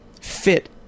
fit